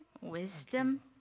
Wisdom